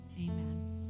amen